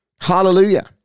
Hallelujah